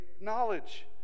knowledge